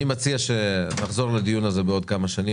אני מציע שנחזור לדיון הזה בעוד כמה שנים,